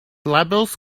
labels